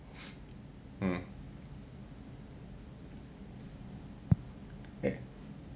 mm